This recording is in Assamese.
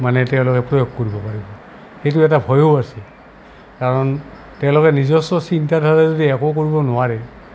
মানে তেওঁলোকে প্ৰয়োগ কৰিব পাৰিব সেইটো এটা ভয়ো আছে কাৰণ তেওঁলোকে নিজস্ব চিন্তাধাৰাৰ যদি একো কৰিব নোৱাৰে